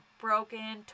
broken